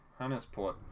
Hannesport